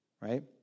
right